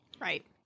Right